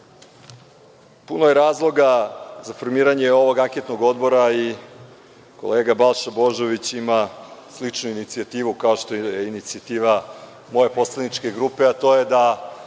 puno je razloga za formiranje ovog anketnog odbora i kolega Balša Božović ima sličnu inicijativu kao što je inicijativa moje poslaničke grupe, a to je da,